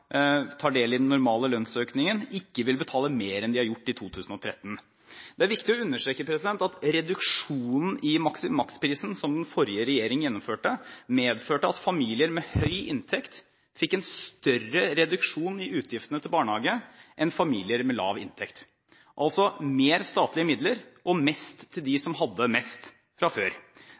tar del i den normale lønnsøkningen – ikke vil betale mer enn de har gjort i 2013. Det er viktig å understreke at reduksjonen i maksprisen som den forrige regjeringen gjennomførte, medførte at familier med høy inntekt fikk en større reduksjon i utgiftene til barnehage enn familier med lav inntekt – altså mer statlige midler og mest til dem som hadde mest fra før.